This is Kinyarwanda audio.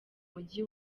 mujyi